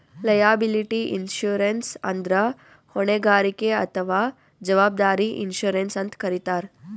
liability insurance ಅಂದ್ರ ಹೊಣೆಗಾರಿಕೆ ಅಥವಾ ಜವಾಬ್ದಾರಿ ಇನ್ಶೂರೆನ್ಸ್ ಅಂತ್ ಕರಿತಾರ್